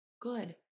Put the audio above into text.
good